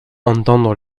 entendre